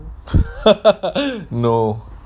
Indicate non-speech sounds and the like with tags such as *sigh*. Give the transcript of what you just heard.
*laughs* no